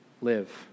live